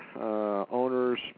owners